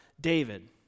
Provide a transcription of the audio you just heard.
David